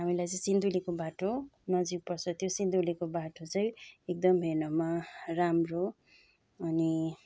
हामीलाई चाहिँ सिन्धुलीको बाटो नजिक पर्छ त्यो सिन्धुलीको बाटो चाहिँ एकदम हेर्नमा राम्रो अनि